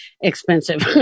expensive